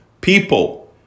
People